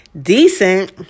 decent